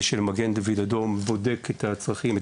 בודק את הצרכים,